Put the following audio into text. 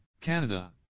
Canada